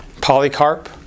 Polycarp